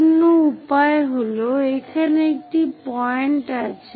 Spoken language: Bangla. অন্য উপায় হল এখানে একটি পয়েন্ট আছে